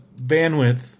bandwidth